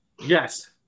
yes